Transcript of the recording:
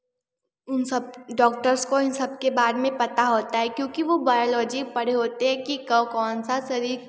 उन सब डॉक्टर्स को उन सब के बारे पता होता है क्योंकि वो बायोलॉजी पढ़े होते हैं कि कब कौन सा किस